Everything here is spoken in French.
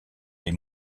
les